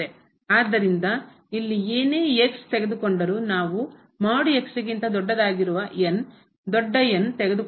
ಆದ್ದರಿಂದ ಇಲ್ಲಿ ಏನೇ ತೆಗೆದುಕೊಂಡರು ನಾವು ಗಿಂತ ದೊಡ್ಡದಾಗಿರುವ ದೊಡ್ಡ ತೆಗೆದುಕೊಳ್ಳಬಹುದು